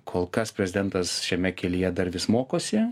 kol kas prezidentas šiame kelyje dar vis mokosi